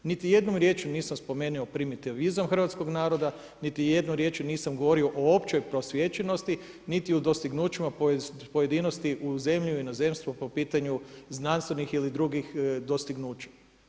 Niti jednom riječju nisam spomenuo primitivizam hrvatskoga naroda, niti jednom riječju nisam govorio o općoj prosvjećenosti niti o dostignućima pojedinosti u zemlji i inozemstvu po pitanju znanstvenih ili drugih dostignuća.